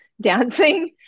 dancing